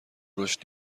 درشت